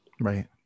right